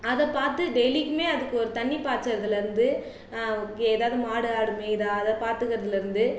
அதை பார்த்து டெய்லீக்கும் அதுக்கு ஒரு தண்ணி பாய்ச்சறதுலேருந்து ஏதாவது மாடு ஆடு மேயுதா அதை பார்த்துகிறதுலேருந்து